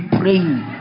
praying